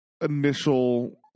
initial